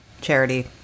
charity